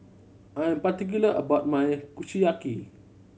I am particular about my Kushiyaki